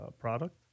product